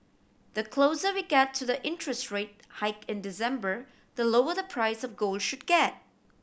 the closer we get to the interest rate hike in December the lower the price of gold should get